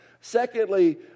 Secondly